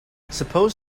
suppose